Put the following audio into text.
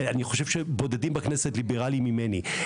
אני חושב שבודדים בכנסת ליברלים ממני.